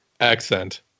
accent